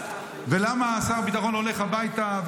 ולמה שר הביטחון הולך הביתה,